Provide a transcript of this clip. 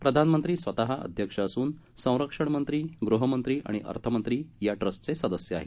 प्रधानमंत्री स्वतः अध्यक्ष असून संरक्षण मंत्री गृहमंत्री आणि अर्थमंत्री या ट्रस्क्री सदस्य आहेत